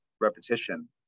repetition